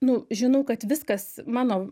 nu žinau kad viskas mano